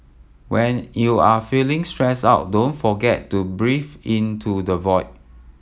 when you are feeling stressed out don't forget to breathe into the void